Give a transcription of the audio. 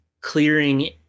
clearing